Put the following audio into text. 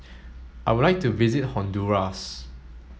I would like to visit Honduras